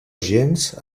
gens